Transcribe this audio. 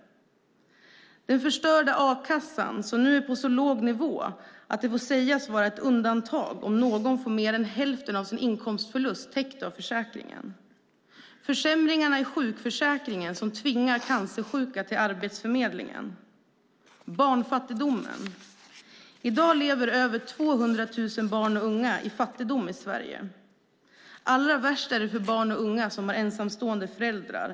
Den förstörda a-kassan är nu på så låg nivå att det får sägas vara ett undantag om någon får mer än hälften av sin inkomstförlust täckt av försäkringen. Försämringarna i sjukförsäkringen tvingar cancersjuka till Arbetsförmedlingen. Det handlar också om barnfattigdomen. I dag lever över 200 000 barn och unga i fattigdom i Sverige. Allra värst är det för barn och unga som har ensamstående föräldrar.